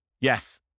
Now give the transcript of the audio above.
Yes